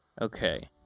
Okay